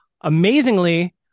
Amazingly